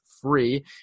free